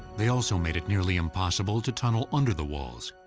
they also made it nearly impossible to tunnel under the walls.